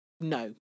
no